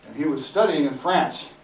he was studying in france